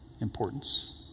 importance